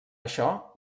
això